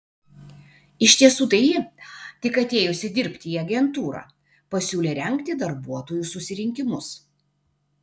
iš tiesų tai ji tik atėjusi dirbti į agentūrą pasiūlė rengti darbuotojų susirinkimus